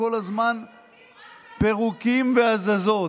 כל הזמן פירוקים והזזות.